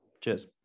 Cheers